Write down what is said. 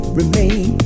remain